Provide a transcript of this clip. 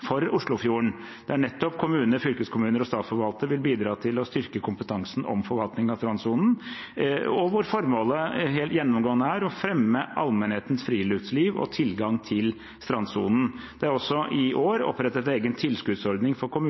for Oslofjorden, der kommuner, fylkeskommuner og statsforvaltere vil bidra til å styrke kompetansen om forvaltningen av strandsonen, og hvor formålet helt gjennomgående er å fremme allmennhetens friluftsliv og tilgang til strandsonen. Det er også i år opprettet en egen tilskuddsordning for